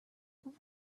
but